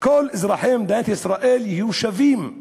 כל אזרחי מדינת ישראל יהיו שווים.